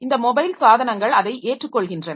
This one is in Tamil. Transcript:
இந்த மொபைல் சாதனங்கள் அதை ஏற்றுக்கொள்கின்றன